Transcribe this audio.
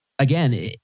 Again